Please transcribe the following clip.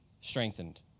strengthened